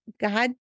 God